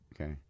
Okay